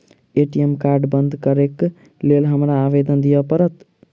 ATM card बंद करैक लेल हमरा आवेदन दिय पड़त?